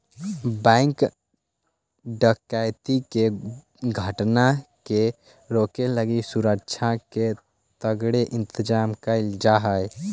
bank डकैती के घटना के रोके लगी सुरक्षा के तगड़े इंतजाम कैल जा हइ